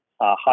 high